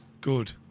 good